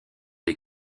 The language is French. des